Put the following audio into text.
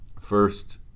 first